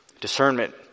Discernment